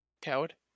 Coward